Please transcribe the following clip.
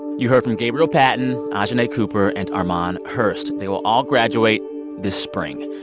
you heard from gabriel patten, ah ajahnay cooper and armon hurst. they will all graduate this spring.